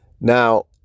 Now